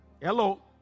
hello